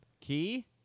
Key